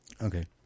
Okay